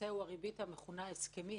הוא הריבית המכונה "הסכמית",